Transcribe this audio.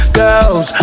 girls